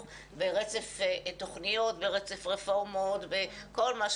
ועל רצף תוכניות ועל רצף רפורמות וכל מה שצריך.